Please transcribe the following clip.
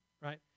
right